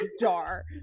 jar